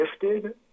gifted